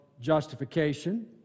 justification